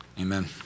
Amen